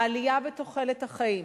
העלייה בתוחלת החיים,